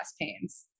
pains